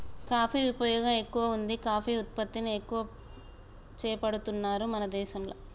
coffee ఉపయోగం ఎక్కువగా వుంది కాఫీ ఉత్పత్తిని ఎక్కువ చేపడుతున్నారు మన దేశంల